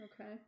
Okay